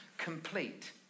complete